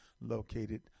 located